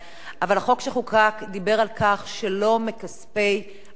אבל החוק שחוקק דיבר על כך שלא מכספי המדינה.